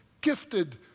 gifted